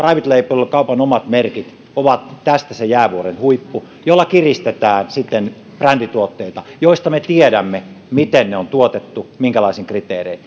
tuotteet kaupan omat merkit ovat tästä se jäävuoren huippu jolla kiristetään sitten brändituotteita joista me tiedämme miten ne on tuotettu minkälaisin kriteerein